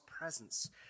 presence